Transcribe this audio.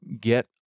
get